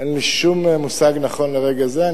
אין לי שום מושג, נכון לרגע זה.